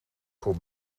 voor